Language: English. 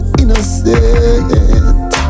innocent